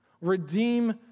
Redeem